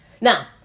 Now